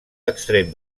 extrem